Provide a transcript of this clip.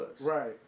Right